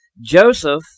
joseph